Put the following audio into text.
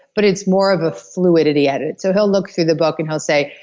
but it's more of a fluidity edit. so he'll look through the book and he'll say,